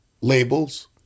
labels